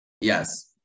yes